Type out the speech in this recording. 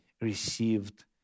received